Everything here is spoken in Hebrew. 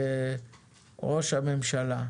במשרד ראש הממשלה.